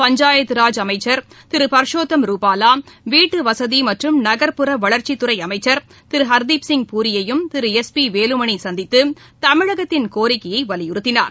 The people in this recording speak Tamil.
பஞ்சாயத்ராஜ் அமைச்சர் திருபர்சோத்தம் ரூபாவா வீட்டுவசதிமற்றும் நகர்ப்புற வளர்ச்சித் துறைஅமைச்சர் திருஹர்தீப்சிங் பூரியையும் திரு எஸ் பிவேலுமணிசந்தித்துமிழகத்தின் கோரிக்கையைவலியுறுத்தினார்